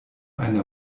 einer